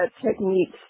techniques